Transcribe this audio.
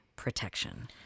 protection